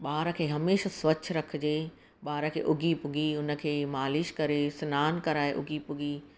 ॿार खे हमेशह स्वच्छ रख जे ॿार खे उघी पुघी उनखे मालिश करे सनानु कराए उघी पुघी